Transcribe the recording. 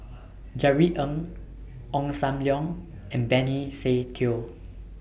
Jerry Ng Ong SAM Leong and Benny Se Teo